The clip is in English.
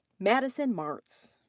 madison martz.